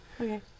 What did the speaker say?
Okay